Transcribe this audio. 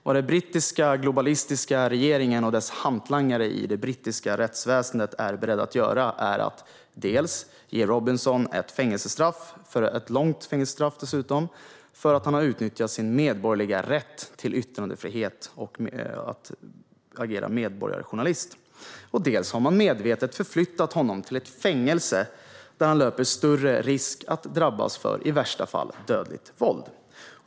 Vad den brittiska globalistiska regeringen och dess hantlangare i det brittiska rättsväsendet är beredda att göra är att dels ge Robinson ett långt fängelsestraff för att han har utnyttjat sin medborgerliga rätt till yttrandefrihet och till att agera medborgarjournalist. Dels har man medvetet förflyttat honom till ett fängelse där han löper större risk att i värsta fall drabbas av dödligt våld.